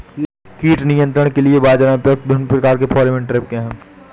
कीट नियंत्रण के लिए बाजरा में प्रयुक्त विभिन्न प्रकार के फेरोमोन ट्रैप क्या है?